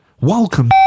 Welcome